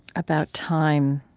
about time,